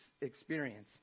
experience